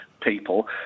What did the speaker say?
people